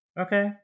Okay